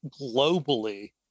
globally